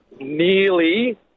nearly